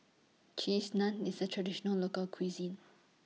Cheese Naan IS A Traditional Local Cuisine